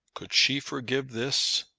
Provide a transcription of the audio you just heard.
could she forgive this?